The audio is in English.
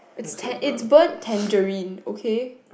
is tan it's burnt tangerine okay